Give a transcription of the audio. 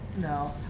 No